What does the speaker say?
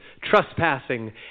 trespassing